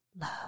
love